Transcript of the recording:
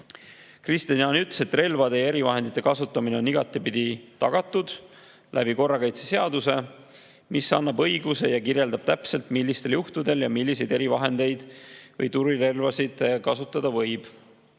Kristian Jaani ütles, et relvade ja erivahendite kasutamine on igatepidi tagatud korrakaitseseadusega, mis annab õiguse ja kirjeldab täpselt, millistel juhtudel ja milliseid erivahendeid või tulirelvasid kasutada võib.